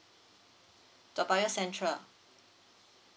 toa payoh central